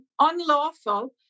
unlawful